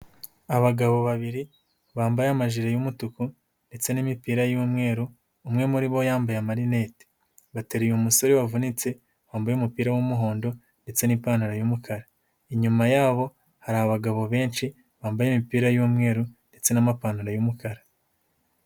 Abagabo babiri bambaye amajire y'umutuku ndetse n'imipira y'umweru, umwe muri bo yambaye amarinete, bateruye umusore wavunitse, wambaye umupira w'umuhondo ndetse n'ipantaro y'umukara, inyuma yabo hari abagabo benshi bambaye imipira y'umweru ndetse n'amapantaro y'umukara.